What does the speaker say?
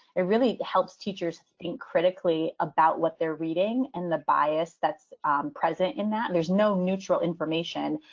it really helps teachers think critically about what they're reading and the bias that's present in that there's no neutral information.